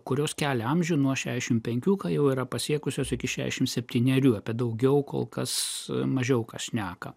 kurios kelia amžių nuo šešim penkių ką jau yra pasiekusios iki šešim septynerių apie daugiau kol kas mažiau ką šneka